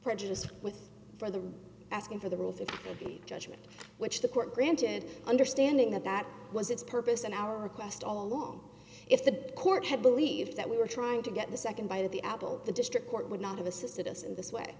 prejudice with for the asking for the rules of the judgment which the court granted understanding that that was its purpose and our request all along if the court had believed that we were trying to get the nd bite at the apple the district court would not have assisted us in this way